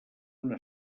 una